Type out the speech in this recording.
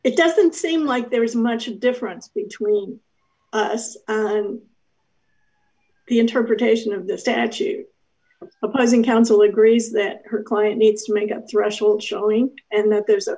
it doesn't seem like there is much difference between us and the interpretation of the statute opposing counsel agrees that her client needs to make up threshold showing and that there's a